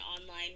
online